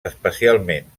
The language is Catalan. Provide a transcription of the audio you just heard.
especialment